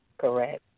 Correct